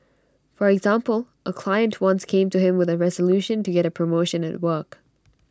for example A client once came to him with A resolution to get A promotion at work